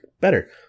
better